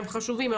הם חשובים,